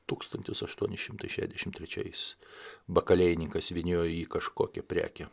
tūkstantis aštuoni šimtai šešiasdešim trečiais bakalėjininkas įvyniojo į jį kažkokią prekę